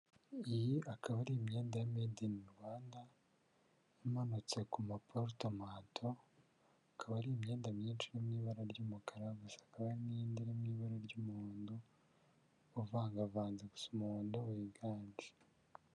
Iyi akaba ari imyenda ya made in Rwanda, imanutse kuma porute manto, ikaba ari imyenda myinshi iri mu ibara ry'umukara, gusa hakaba hari n'indi iri mu ibara ry'umuhondo uvangavanze, gusa umuhondo wiganje.